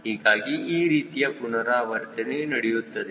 ಹೀಗಾಗಿ ಈ ರೀತಿಯ ಪುನರಾವರ್ತನೆಯು ನಡೆಯುತ್ತದೆ